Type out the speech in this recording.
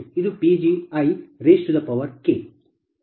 ಇದು Pgi